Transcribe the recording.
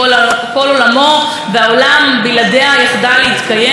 וזאת לנגד עיניו של בנה בן השבע?